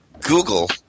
Google